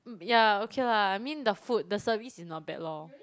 mhm yeah okay lah I mean the food the service is not bad lor